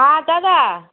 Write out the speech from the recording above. হ্যাঁ দাদা